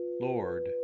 Lord